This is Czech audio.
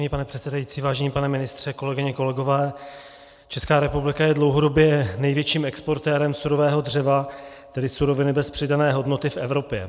Vážený pane předsedající, vážený pane ministře, kolegyně, kolegové, Česká republika je dlouhodobě největším exportérem surového dřeva, tedy suroviny bez přidané hodnoty, v Evropě.